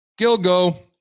Gilgo